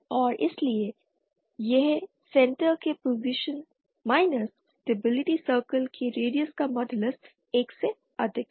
और इसलिए यह सेण्टर के पोजीशन माइनस स्टेबिलिटी सर्किल के रेडियस का मॉडलस 1 से अधिक है